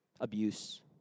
abuse